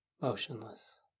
motionless